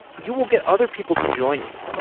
you will get other people to join you.